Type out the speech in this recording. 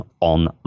on